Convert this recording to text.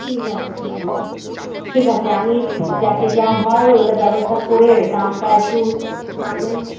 ঠিক আছে ঠিক আছে ঠিক আছে আমি যাতে যা হয় ওটা ব্যবস্থা করে দামটা একটু নর্মাল